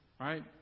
Right